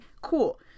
cool